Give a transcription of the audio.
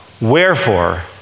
Wherefore